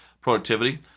productivity